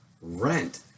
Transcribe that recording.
rent